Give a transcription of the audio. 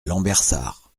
lambersart